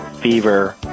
fever